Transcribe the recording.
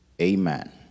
Amen